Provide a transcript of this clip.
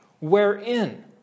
Wherein